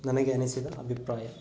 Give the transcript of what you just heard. ನನಗೆ ಅನ್ನಿಸಿದ ಅಭಿಪ್ರಾಯ